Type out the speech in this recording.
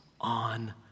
on